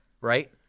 right